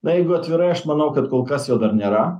na jeigu atvirai aš manau kad kol kas jo dar nėra